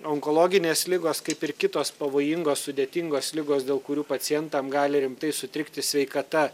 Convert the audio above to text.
onkologinės ligos kaip ir kitos pavojingos sudėtingos ligos dėl kurių pacientam gali rimtai sutrikti sveikata